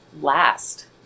last